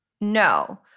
No